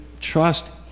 trust